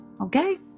Okay